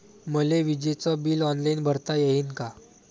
मले विजेच bill online भरता येईन का?